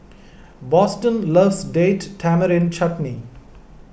Boston loves Date Tamarind Chutney